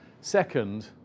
Second